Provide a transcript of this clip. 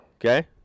Okay